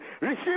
receive